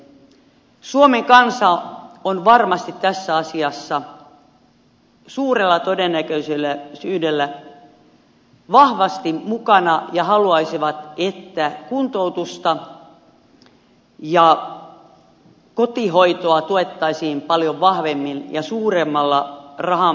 suomen kansa on varmasti tässä asiassa suurella todennäköisyydellä vahvasti mukana ja haluaisi että kuntoutusta ja kotihoitoa tuettaisiin paljon vahvemmin ja suuremmalla rahamäärällä